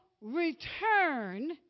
return